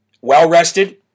well-rested